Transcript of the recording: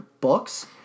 books